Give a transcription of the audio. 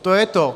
To je to.